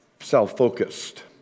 self-focused